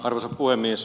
arvoisa puhemies